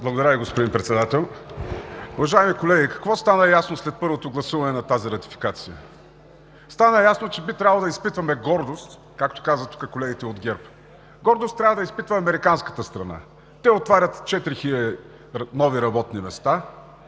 Благодаря Ви, господин Председател. Уважаеми колеги! Какво стана ясно след първото гласуване на тази ратификация? Стана ясно, че би трябвало да изпитваме гордост, както казват тук колегите от ГЕРБ. Гордост трябва да изпитва американската страна. Те отварят 4 хиляди нови работни места.